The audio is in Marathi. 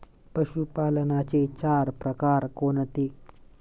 पशुपालनाचे चार प्रकार कोणते?